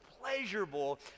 pleasurable